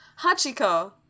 Hachiko